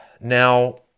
now